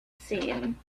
seen